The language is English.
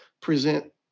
present